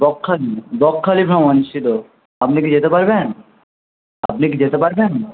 বকখালি বকখালি ভ্রমণ ছিল আপনি কি যেতে পারবেন আপনি কি যেতে পারবেন